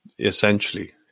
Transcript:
essentially